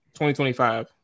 2025